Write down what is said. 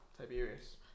Tiberius